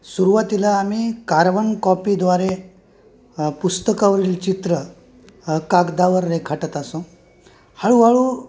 सुरुवातीला आम्ही कार्बन कॉपीद्वारे पुस्तकावरील चित्र कागदावर रेखाटत असू हळूहळू